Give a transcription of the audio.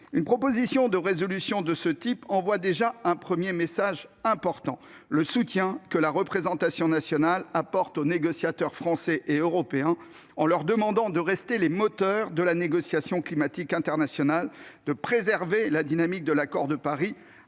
Une proposition de résolution de ce type envoie déjà un premier message important : le soutien que la représentation nationale apporte aux négociateurs français et européens en leur demandant de rester les moteurs de la négociation climatique internationale, de préserver la dynamique de l'accord de Paris,